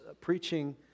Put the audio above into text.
preaching